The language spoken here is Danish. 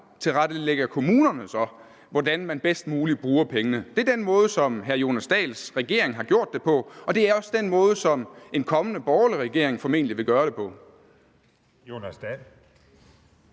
tilrettelægger kommunerne så, hvordan de bedst muligt bruger pengene. Det er den måde, som hr. Jonas Dahls regering har gjort det på, og det er også den måde, som en kommende borgerlig regering formentlig vil gøre det på. Kl.